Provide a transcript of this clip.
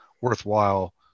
worthwhile